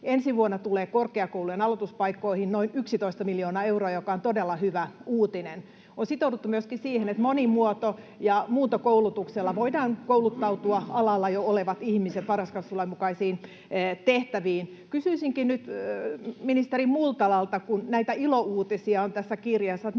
Ensi vuonna tulee korkeakoulujen aloituspaikkoihin noin 11 miljoonaa euroa, mikä on todella hyvä uutinen. On sitouduttu myöskin siihen, että monimuoto- ja muuntokoulutuksella voidaan kouluttaa alalla jo olevat ihmiset varhaiskasvatuslain mukaisiin tehtäviin. Kysyisinkin nyt ministeri Multalalta: kun tässä kirjassa